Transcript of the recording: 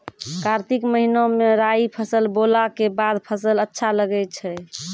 कार्तिक महीना मे राई फसल बोलऽ के बाद फसल अच्छा लगे छै